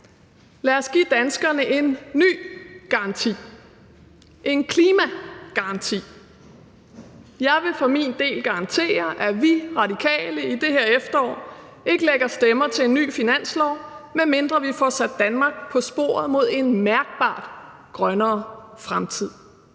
Lad os give danskerne en ny garanti, en klimagaranti. Jeg vil for min del garantere, at vi radikale i det her efterår ikke lægger stemmer til en ny finanslov, medmindre vi får sat Danmark på sporet mod en mærkbart grønnere fremtid.